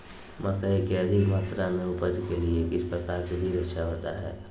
मकई की अधिक मात्रा में उपज के लिए किस प्रकार की बीज अच्छा होता है?